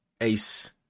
Ace